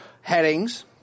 headings